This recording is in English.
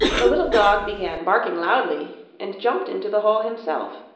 the little dog began barking loudly and jumped into the hole himself,